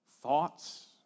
thoughts